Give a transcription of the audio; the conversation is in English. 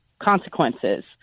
consequences